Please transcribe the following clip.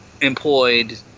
employed